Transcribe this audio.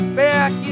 back